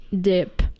dip